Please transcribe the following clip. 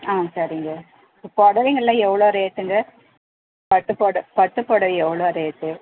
ஆ சரிங்க புடவைங்கள்லாம் எவ்வளோ ரேட்டுங்க பட்டுப்பொட பட்டுப்புடவை எவ்வளோ ரேட்டு